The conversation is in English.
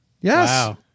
Yes